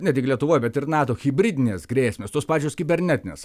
ne tik lietuvoj bet ir nato hibridinės grėsmės tos pačios kibernetinės